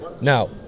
Now